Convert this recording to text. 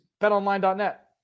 betonline.net